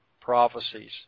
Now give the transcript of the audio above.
prophecies